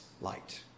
light